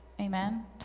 Amen